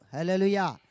Hallelujah